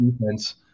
defense